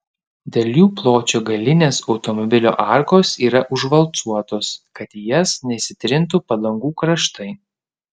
dėl jų pločio galinės automobilio arkos yra užvalcuotos kad į jas nesitrintų padangų kraštai